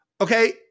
Okay